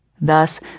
Thus